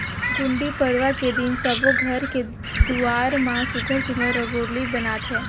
गुड़ी पड़वा के दिन सब्बो घर के दुवार म सुग्घर सुघ्घर रंगोली बनाथे